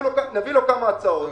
נביא לו כמה הצעות.